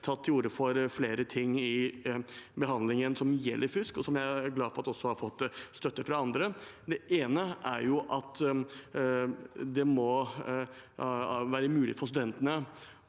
ta til orde for flere ting i behandlin gen som gjelder fusk, og som jeg er glad for at også har fått støtte fra andre. Det ene er at det må være mulig at utestengelse